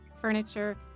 furniture